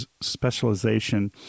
specialization